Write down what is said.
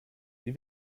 wie